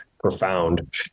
profound